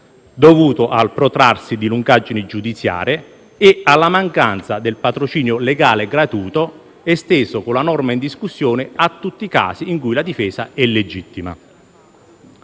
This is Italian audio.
dovuto al protrarsi di lungaggini giudiziarie e alla mancanza del patrocinio legale gratuito, esteso con la norma in discussione a tutti i casi in cui la difesa è legittima.